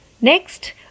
Next